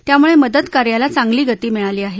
त्यामुळे मदत कार्याला चांगली गती मिळाली आहे